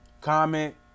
Comment